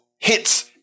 hits